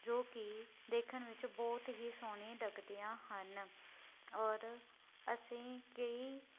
ਜੋ ਕਿ ਦੇਖਣ ਵਿੱਚ ਬਹੁਤ ਹੀ ਸੋਹਣੀ ਲੱਗਦੀਆਂ ਹਨ ਔਰ ਅਸੀਂ ਕਈ